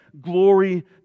glory